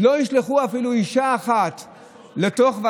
יש לחוקק חוק